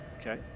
Okay